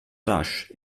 rasch